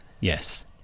Yes